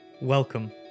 Welcome